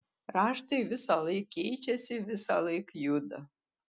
raštai visąlaik keičiasi visąlaik juda